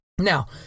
Now